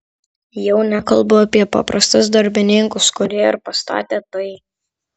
jau nekalbu apie paprastus darbininkus kurie ir pastatė tai